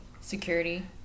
security